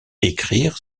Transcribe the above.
écrire